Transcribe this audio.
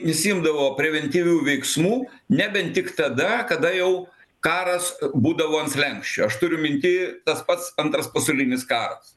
nesiimdavo preventyvių veiksmų nebent tik tada kada jau karas būdavo ant slenksčio aš turiu minty tas pats antras pasaulinis karas